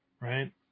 right